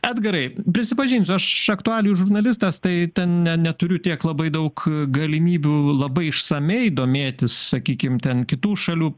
edgarai prisipažinsiu aš aktualijų žurnalistas tai ne neturiu tiek labai daug galimybių labai išsamiai domėtis sakykim ten kitų šalių